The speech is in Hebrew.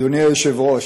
אדוני היושב-ראש,